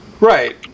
Right